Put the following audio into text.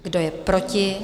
Kdo je proti?